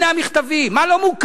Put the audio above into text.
הנה המכתבים, מה לא מוכר?